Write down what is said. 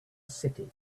city